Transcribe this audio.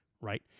right